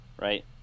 right